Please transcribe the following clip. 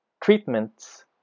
treatments